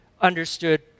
understood